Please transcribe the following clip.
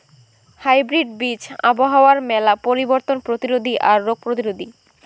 hybrid বীজ আবহাওয়ার মেলা পরিবর্তন প্রতিরোধী আর রোগ প্রতিরোধী